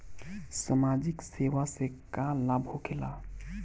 समाजिक योजना से का लाभ होखेला?